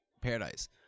Paradise